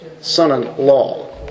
Son-in-law